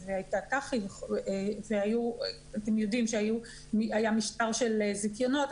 אתם יודעים שהיו מספר זיכיונות,